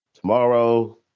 tomorrow